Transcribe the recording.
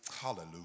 Hallelujah